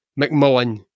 McMullen